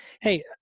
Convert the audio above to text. hey